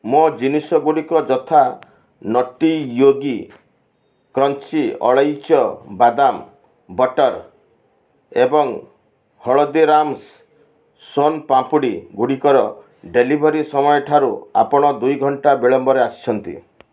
ମୋ ଜିନିଷ ଗୁଡ଼ିକ ଯଥା ନଟି ୟୋଗୀ କ୍ରଞ୍ଚି ଅଳେଇଚ ବାଦାମ ବଟର୍ ଏବଂ ହଳଦୀରାମ୍ସ୍ ସୋନ୍ ପାମ୍ପୁଡ଼ି ଗୁଡ଼ିକର ଡେଲିଭରି ସମୟଠାରୁ ଆପଣ ଦୁଇ ଘଣ୍ଟା ବିଳମ୍ବରେ ଆସିଛନ୍ତି